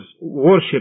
worship